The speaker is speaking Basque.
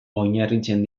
oinarritzen